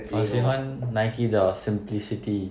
我喜欢 Nike 的 simplicity